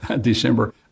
December